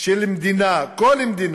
של מדינה, כל מדינה.